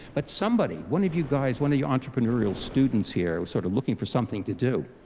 but somebody, one of you guys, one of you entrepreneurial students here sort of looking for something to do,